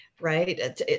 right